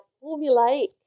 formulate